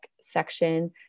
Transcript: section